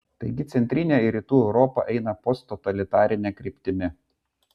taigi centrinė ir rytų europa eina posttotalitarine kryptimi